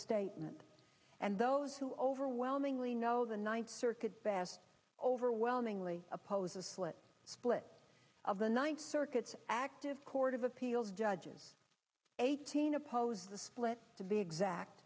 statement and those who overwhelmingly know the ninth circuit best overwhelmingly oppose a split split of the ninth circuit's active court of appeals judges eighteen oppose the split to be exact